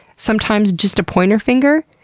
sometimes just a pointer finger,